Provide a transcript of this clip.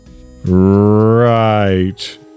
Right